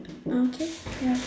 okay yup